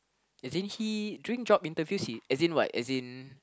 as in he during job interviews he as in what as in